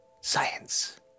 Science